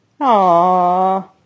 Aww